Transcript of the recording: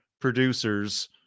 producers